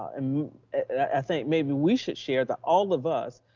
um and i think maybe we should share that all of us,